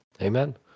Amen